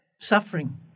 suffering